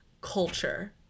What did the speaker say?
culture